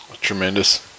tremendous